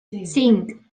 cinc